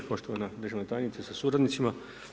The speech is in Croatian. Poštovana državna tajnice sa suradnicima.